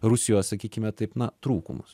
rusijos sakykime taip na trūkumus